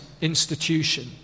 institution